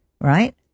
right